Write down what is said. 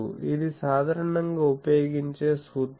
ఇది సాధారణంగా ఉపయోగించే సూత్రం